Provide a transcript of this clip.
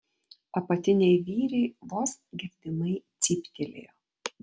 apatiniai vyriai vos girdimai cyptelėjo